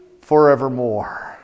forevermore